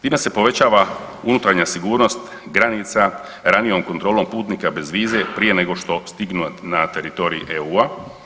Time se povećava unutarnja sigurnost granica ranijom kontrolom putnika bez vize prije nego što stignu na teritorij EU.